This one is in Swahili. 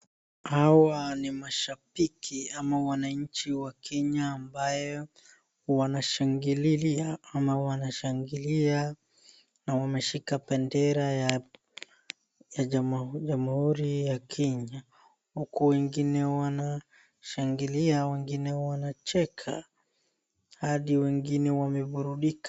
Hawa ni mashabiki ama wananchi wa Kenya ambao wanashangililia ama wanashangilia na wameshika bendera ya jamhuri ya Kenya, huku wengine wanashangilia, wengine wanacheka hadi wengine wameburudika.